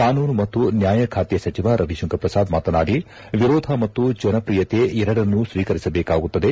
ಕಾನೂನು ಮತ್ತು ನ್ನಾಯ ಖಾತೆ ಸಚಿವ ರವಿಶಂಕರ್ ಪ್ರಸಾದ್ ಮಾತನಾಡಿ ವಿರೋಧ ಮತ್ತು ಜನಪ್ರಿಯತೆ ಎರಡನ್ನೂ ಸ್ವೀಕರಿಸಬೇಕಾಗುತ್ತದೆ